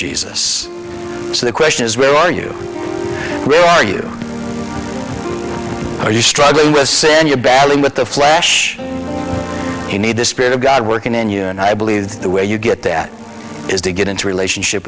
jesus so the question is where are you really are you are you struggling with sin you're battling with the flesh you need the spirit of god working in you and i believe the way you get that is to get into relationship